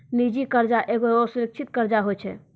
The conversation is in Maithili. निजी कर्जा एगो असुरक्षित कर्जा होय छै